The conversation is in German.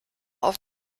auf